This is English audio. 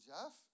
Jeff